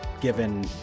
given